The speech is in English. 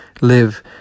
live